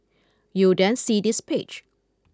you'll then see this page